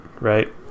right